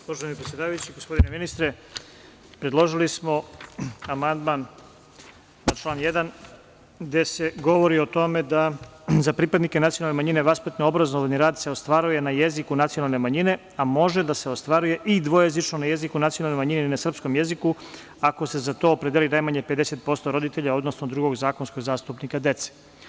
Uvaženi predsedavajući, gospodine ministre, predložili smo amandman na član 1. gde se govori o tome da za pripadnike nacionalne manjine vaspitno-obrazovni rad se ostvaruje na jeziku nacionalne manjine, a može da se ostvaruje i dvojezično na jeziku nacionalne manjine i na srpskom jeziku, ako se za to opredeli najmanje 50% roditelja, odnosno drugog zakonskog zastupnika dece.